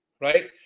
right